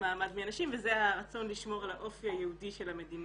מעמד מהנשים וזה הרצון לשמור על האופי היהודי של המדינה,